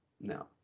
no